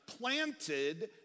planted